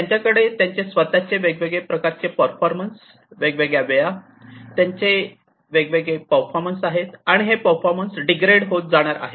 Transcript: त्यांच्याकडे त्यांचे स्वत चे वेगळ्या प्रकारचे परफॉर्मन्स वेगवेगळ्या वेळा त्यांची वेगवेगळे परफॉर्मन्स आहेत आणि हे परफॉर्मन्स डीग्रेड होत जाणार आहेत